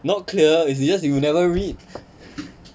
not clear is just you never read